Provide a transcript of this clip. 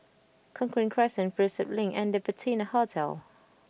Cochrane Crescent Prinsep Link and The Patina Hotel